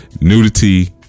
nudity